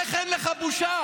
איך אין לך בושה?